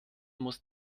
muss